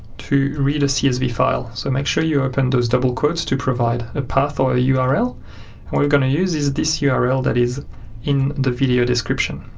to read a csv file. so make sure you open those double quotes to provide a path or a ah url. and what we're going to use is this yeah url that is in the video description.